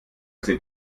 sind